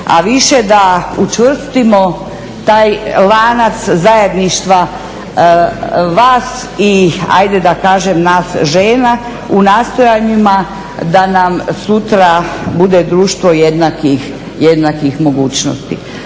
a više da učvrstimo taj lanac zajedništva vas i hajde da kažem nas žena u nastojanjima da nam sutra bude društvo jednakih mogućnosti,